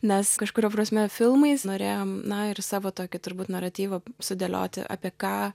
nes kažkuria prasme filmais norėjom na ir savo tokį turbūt naratyvą sudėlioti apie ką